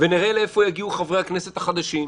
ונראה לאיפה יגיעו חברי הכנסת החדשים.